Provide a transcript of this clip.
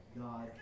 God